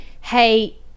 hey